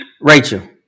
Rachel